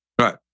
right